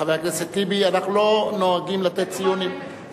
חבר הכנסת טיבי, אנחנו לא נוהגים לתת ציונים.